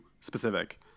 specific